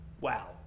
wow